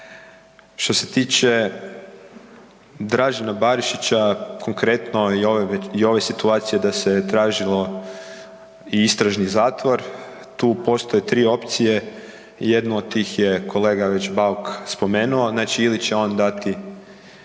što se tiče Dražena Barišića konkretno i ove situacije da se tražilo i istražni zatvor, tu postoje 3 opcije, jednu od tih je kolega već Bauk spomenuo. Znači ili će on dati,